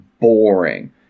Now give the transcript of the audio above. boring